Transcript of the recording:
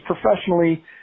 professionally